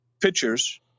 pictures